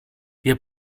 wir